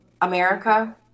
America